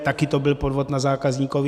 Taky to byl podvod na zákazníkovi.